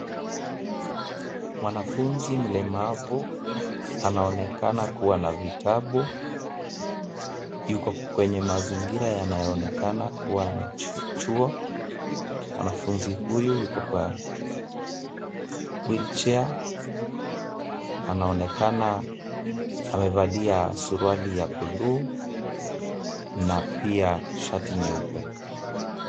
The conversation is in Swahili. Mwanafunzi mlemavu anaonekana kuwa na vitabu, yuko kwenye mazingira yanayoonekana kuwa ni chuo, mwanafunzi huyu yuko kwa wheelchair , anaonekana amevalia suruali ya buluu na pia shati nyeupe.